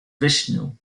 vishnu